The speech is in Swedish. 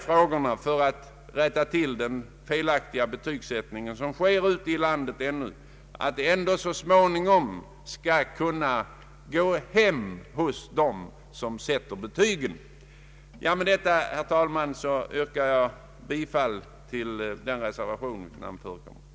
för att den felaktiga betygsättningen skall rättas till, får man hoppas att detta så småningom skall gå hem hos dem som sätter betygen. Herr talman! Med stöd av vad jag nu anfört kommer jag att yrka bifall till den reservation jag nu pläderat för.